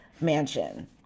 mansion